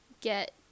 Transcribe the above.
get